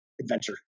adventure